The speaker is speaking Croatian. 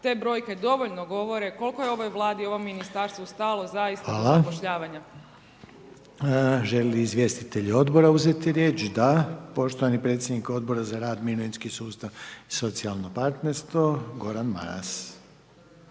te brojke dovoljno govore koliko je ovoj Vladi, ovom Ministarstvu stalo zaista do zapošljavanja. **Reiner, Željko (HDZ)** Hvala. Žele li izvjestitelji odbora uzeti riječ? Da. Poštovani predsjednik Odbora za rad, mirovinski sustav i socijalno partnerstvo, Gordan Maras.